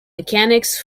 mechanics